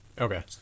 Okay